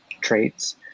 traits